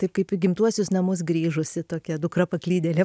taip kaip į gimtuosius namus grįžusi tokia dukra paklydėlė